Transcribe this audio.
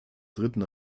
dritten